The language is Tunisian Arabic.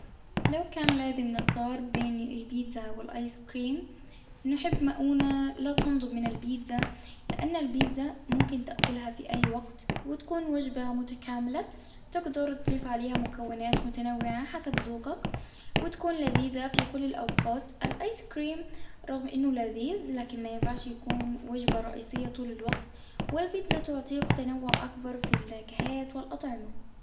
لو كان لازم نختار بين البيتزا والآيس كريم نحب مؤونة لا تنضب من البيتزا لأن البيتزا ممكن تأكلها في أي وقت وتكون وجبة متكاملة تقدر تضيف عليها مكونات متنوعة حسب ذوقك وتكون لذيذة في كل الأوقات، الآيس كريم رغم إنه لذيذ لكن ما ينفعش يكون وجبة رئيسية طول الوقت.، والبيتزا تعطيك تنوع أكبر في النكهات والأطعمة.